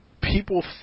People